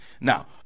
Now